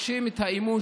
בהיקפים